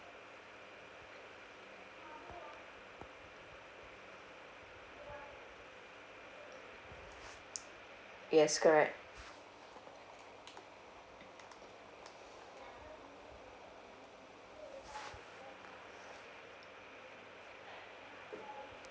yes correct